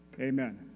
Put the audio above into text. Amen